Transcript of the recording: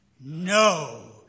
No